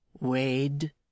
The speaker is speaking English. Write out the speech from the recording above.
Wade